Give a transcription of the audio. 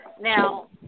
Now